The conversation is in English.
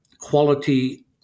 quality